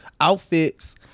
outfits